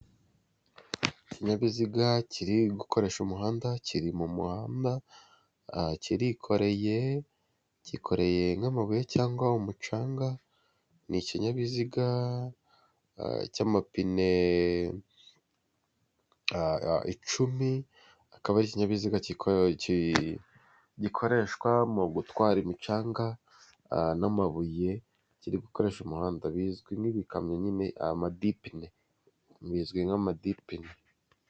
Ikinyabiziga kiri gukoresha umuhanda kiri mu muhanda kirikoreye gikoreye nk'amabuye cyangwa umucanga. Ni ikinyabiziga cy'amapine icumi akaba ikinyabiziga cyikora gikoreshwa mu gutwara imicanga n'amabuye kiri gukoresha umuhanda bizwi n'ibikamyo nyine amadipine bizwi nk'amadipine.